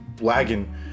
lagging